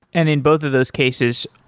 and in both of those cases,